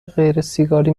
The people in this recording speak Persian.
غیرسیگاری